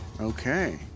Okay